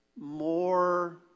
more